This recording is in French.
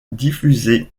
diffusée